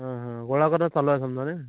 हां हां गोळा करणं चालू आहे समजा नाही